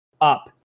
Up